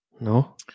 No